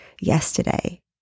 yesterday